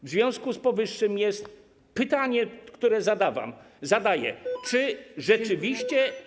W związku z powyższym jest pytanie, które zadaję: Czy rzeczywiście.